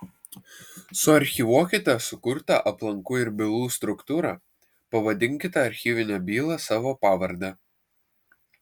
suarchyvuokite sukurtą aplankų ir bylų struktūrą pavadinkite archyvinę bylą savo pavarde